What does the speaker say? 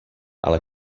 ale